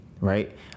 right